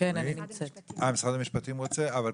זה גם